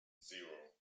zero